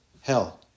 hell